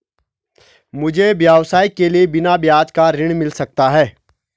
मुझे व्यवसाय के लिए बिना ब्याज का ऋण मिल सकता है?